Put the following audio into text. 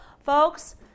Folks